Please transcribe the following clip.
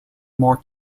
more